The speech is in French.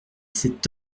cet